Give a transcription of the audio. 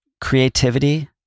creativity